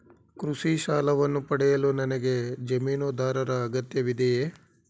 ಕೃಷಿ ಸಾಲವನ್ನು ಪಡೆಯಲು ನನಗೆ ಜಮೀನುದಾರರ ಅಗತ್ಯವಿದೆಯೇ?